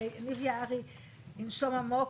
ניב יערי ינשום עמוק,